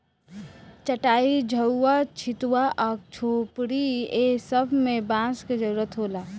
चाटाई, झउवा, छित्वा आ झोपड़ी ए सब मे बांस के जरुरत होला